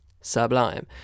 sublime